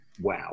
wow